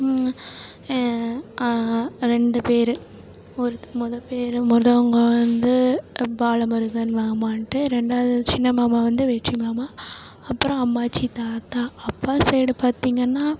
ரெண்டு பேர் ஒருத் மொதல் பேர் மொதவங்க வந்து பாலமுருகன் மாமான்ட்டு ரெண்டாவது சின்ன மாமா வந்து வெற்றி மாமா அப்புறம் அம்மாச்சி தாத்தா அப்பா சைடு பார்த்தீங்கன்னா